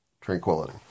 tranquility